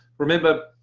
remember,